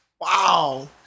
Wow